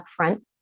upfront